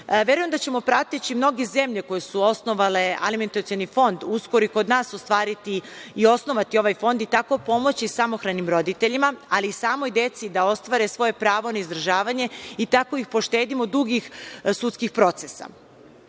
da ćemo prateći mnoge zemlje, koje su osnovale alimentacioni fond uskoro i kod nas ostvariti i osnovati ovaj fond i tako pomoći samohranim roditeljima, ali i samoj deci da ostvare svoje pravo na izdržavanje i tako ih poštedimo dugih sudskih procesa. Tužno